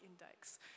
index